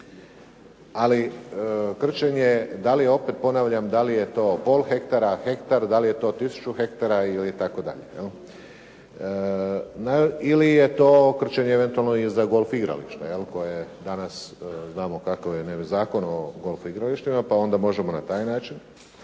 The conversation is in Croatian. ponavljam da li je to pol hektara, hektar, da li je to tisuću hektara ili itd., jel. Ili je to krčenje eventualno i za golf igralište jel koje je danas znamo kakav je Zakon o golf igralištima, pa onda možemo na taj način.